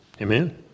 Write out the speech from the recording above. Amen